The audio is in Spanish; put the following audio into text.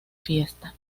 fiesta